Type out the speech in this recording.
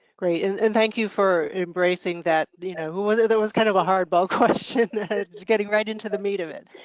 great. and and thank you for embracing that, you know, who whether there was kind of a hardball question getting right into the middle of it.